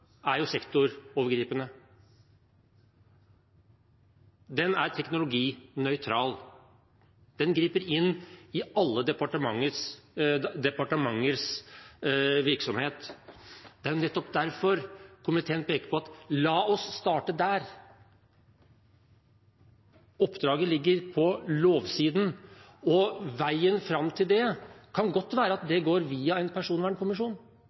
er jo sektorovergripende. Den er teknologinøytral. Den griper inn i alle departementers virksomhet. Det er nettopp derfor komiteen peker på: La oss starte der. Oppdraget ligger på lovsiden, og veien dit kan godt gå via en personvernkommisjon.